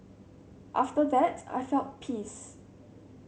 after that I felt peace